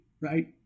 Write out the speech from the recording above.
Right